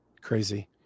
Crazy